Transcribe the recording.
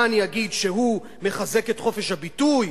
מה אני אגיד, שהוא מחזק את חופש הביטוי?